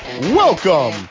welcome